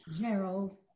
Gerald